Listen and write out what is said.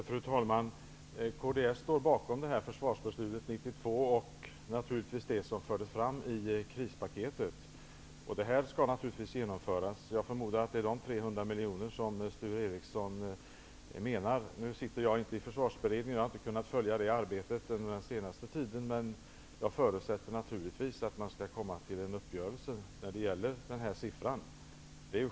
Fru talman! Kds står bakom försvarsbeslutet 1992 samt det som fördes fram i krispaketet. Detta skall naturligtvis genomföras. Jag förmodar att det är dessa 300 miljoner som Sture Ericson menar. Nu sitter inte jag i försvarsberedningen och har inte kunnat följa det arbetet under den senaste tiden, men jag förutsätter naturligtvis att man skall komma till en uppgörelse när det gäller den här siffran.